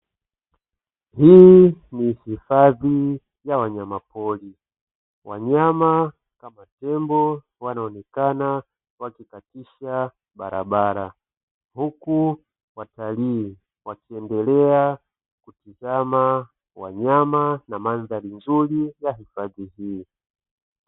Hii ni hifadhi ya wanyama pori, wanyama kama tembo wanaonekana wakikatisha barabara huku watalii wakiendelea kutazama wanyama na mandhari nzuri ya hifadhi hii.